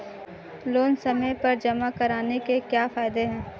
Loan समय पर जमा कराने के क्या फायदे हैं?